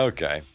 Okay